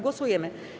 Głosujemy.